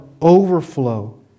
overflow